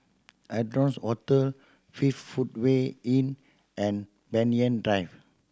Adonis Hotel fifth Footway Inn and Banyan Drive